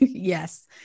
yes